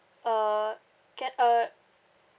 uh ca~ uh